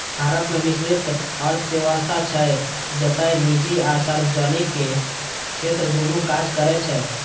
भारत मे मिश्रित अर्थव्यवस्था छै, जतय निजी आ सार्वजनिक क्षेत्र दुनू काज करै छै